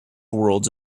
worlds